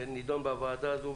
שנידון בוועדה זו,